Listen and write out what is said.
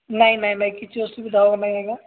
ନାଇଁ ନାଇଁ ଭାଇ କିଛି ଅସୁବିଧା ହବ ନାହିଁ ଆଜ୍ଞା